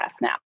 now